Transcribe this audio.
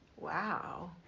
Wow